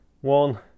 One